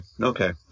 okay